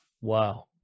Wow